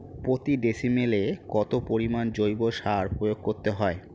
প্রতি ডিসিমেলে কত পরিমাণ জৈব সার প্রয়োগ করতে হয়?